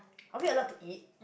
are we allowed to eat